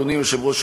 אדוני היושב-ראש,